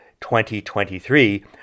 2023